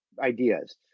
ideas